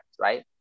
right